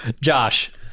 Josh